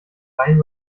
rein